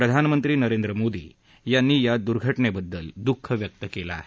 प्रधानमंत्री नरेंद्र मोदी यांनी या दुर्घटनेबद्दल दुःख व्यक्त केलं आहे